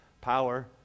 power